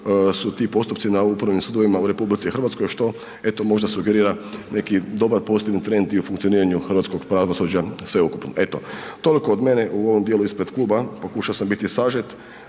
su ti postupci na upravnim sudovima u RH što eto možda sugerira neki dobar postignut trend i u funkcioniranju hrvatskog pravosuđa sveukupno. Eto, toliko od mene u ovom djelu ispred kluba, pokušao sam biti sažet,